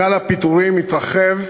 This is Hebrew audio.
גל הפיטורים מתרחב,